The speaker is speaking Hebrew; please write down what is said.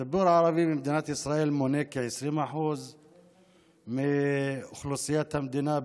הציבור הערבי במדינת ישראל מונה כ-20% מאוכלוסיית המדינה,